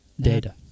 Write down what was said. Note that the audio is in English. Data